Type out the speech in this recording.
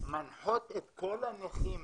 מנחות את כל הנכים,